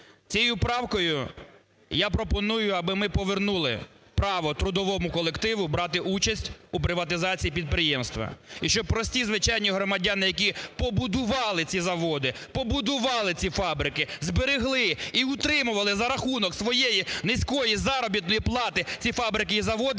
Цією правкою я пропоную аби ми повернули право трудовому колективу брати участь у приватизації підприємства. І щоб прості, звичайні громадяни, які побудували ці заводи, побудували ці фабрики, зберегли і утримували за рахунок своєї низької заробітної плати ці фабрики і заводи,